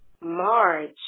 March